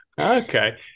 okay